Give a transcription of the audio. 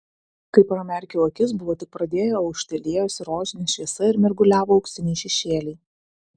kai pramerkiau akis buvo tik pradėję aušti liejosi rožinė šviesa ir mirguliavo auksiniai šešėliai